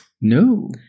No